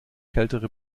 kältere